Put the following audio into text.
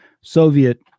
Soviet